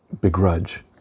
begrudge